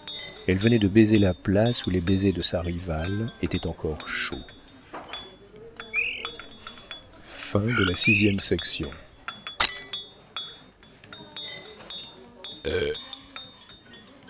elle venait de baiser la place où les baisers de sa rivale étaient encore chauds